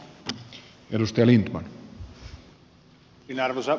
arvoisa puhemies